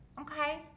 Okay